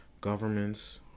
governments